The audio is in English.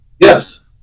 yes